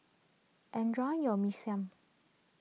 enjoy your Mee Siam